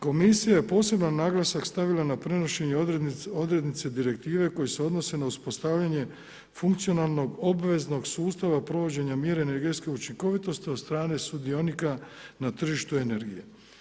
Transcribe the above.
Komisija je poseban naglasak stavila na prenošenje odrednice direktive koje se odnose na uspostavljanje funkcionalnog, obveznog sustava provođenja mjera energetske učinkovitosti od strane sudionika na tržištu energije.